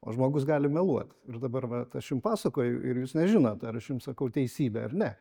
o žmogus gali meluot ir dabar vat aš jums pasakoju ir jūs nežinot ar aš jums sakau teisybę ar ne